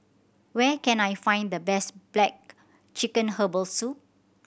where can I find the best black chicken herbal soup